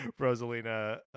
Rosalina